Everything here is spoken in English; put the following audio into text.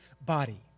body